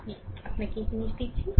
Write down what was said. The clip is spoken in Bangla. আমি আপনাকে এই জিনিস দিচ্ছি